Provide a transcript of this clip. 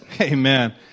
Amen